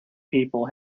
people